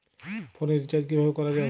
ফোনের রিচার্জ কিভাবে করা যায়?